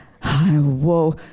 whoa